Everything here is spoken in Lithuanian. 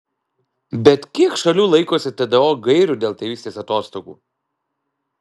bet kiek šalių laikosi tdo gairių dėl tėvystės atostogų